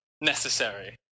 necessary